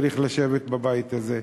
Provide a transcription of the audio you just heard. צריך לשבת בבית הזה.